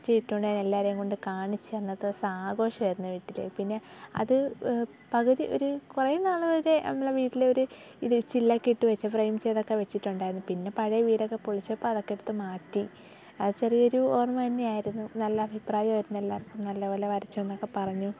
first കിട്ടിയ ഉടനെ എല്ലാവരേയും കൊണ്ട് കാണിച്ച് അന്നത്തെ ദിവസം ആഘോഷമായിരുന്നു വീട്ടിൽ പിന്നെ അത് പകുതി ഒരു കുറേ നാൾ വരെ നമ്മളെ വീട്ടിൽ ഒരു ഇത് ചില്ലൊക്കെ ഇട്ടു വെച്ച് ഫ്രെയിം ചെയ്തൊക്കെ വെച്ചിട്ടുണ്ടായിരുന്നു പിന്നെ പഴയ വീടൊക്കെ പൊളിച്ചപ്പം അതൊക്കെ എടുത്ത് മാറ്റി ചെറിയൊരു ഓർമ്മ തന്നെ ആയിരുന്നു നല്ല അഭിപ്രായം ആയിരുന്നു എല്ലാവർക്കും നല്ലപോലെ വരച്ചുവെന്നൊക്കെ പറഞ്ഞു